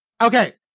Okay